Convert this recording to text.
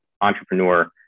entrepreneur